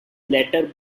later